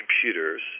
computers